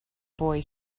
boy